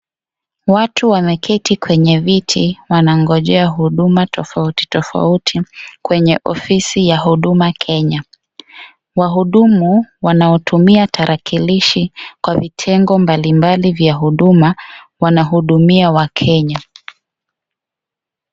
Watu wameketi kwenye viti wanangojea huduma tofautitofauti kwenye ofisi ya huduma kenya wahudumu wanaotumia tarakilishi kwa vitengo mbalimbali vya huduma wanahudumia wakenya.